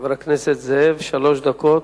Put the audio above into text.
חבר הכנסת זאב, שלוש דקות.